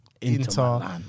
Inter